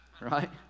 Right